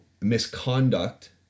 misconduct